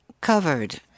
covered